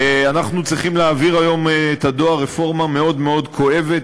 ואנחנו צריכים להעביר היום את הדואר רפורמה מאוד כואבת,